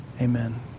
amen